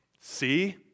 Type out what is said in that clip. see